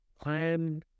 plan